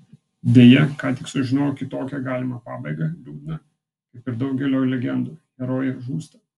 deja ką tik sužinojau kitokią galimą pabaigą liūdną kaip ir daugelio legendų herojė žūsta